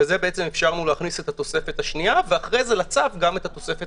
בזה אפשרנו להכניס את התוספת השנייה ואחרי זה לצו גם את התוספת